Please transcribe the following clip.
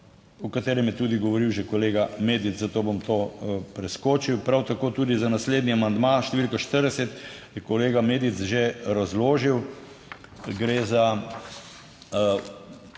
o katerem je tudi govoril že kolega Medic, zato bom to preskočil. Prav tako tudi za naslednji amandma, številka 40, je kolega Medic že razložil, gre za